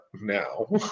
now